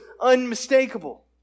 unmistakable